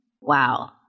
Wow